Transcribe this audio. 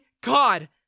god